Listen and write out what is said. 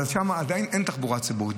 אבל שם עדיין אין תחבורה ציבורית.